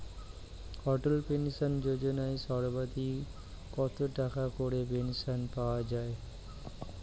অটল pension Yojana সর্বাধিক কত টাকা করে পেনশন পাওয়া যায়?